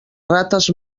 rates